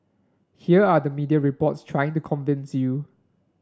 here are the media reports trying to convince you